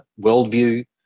worldview